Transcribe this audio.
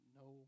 no